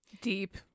Deep